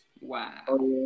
Wow